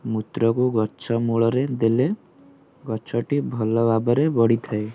ମୂତ୍ରକୁ ଗଛ ମୂଳରେ ଦେଲେ ଗଛଟି ଭଲ ଭାବରେ ବଢ଼ିଥାଏ